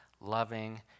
loving